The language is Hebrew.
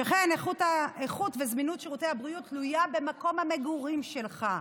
שכן איכות וזמינות שירותי הבריאות תלויות במקום המגורים שלך.